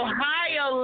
Ohio